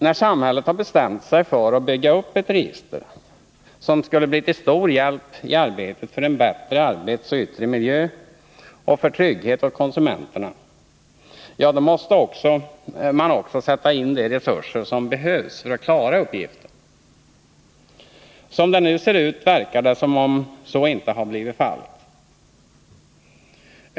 När samhället har bestämt sig för att bygga upp ett register, som skulle bli till stor hjälp i arbetet för en bättre arbetsoch yttre miljö och för trygghet åt konsumenterna, då måste man också sätta in de resurser som behövs för att klara uppgiften. Som det nu ser ut verkar det som om så inte har blivit fallet.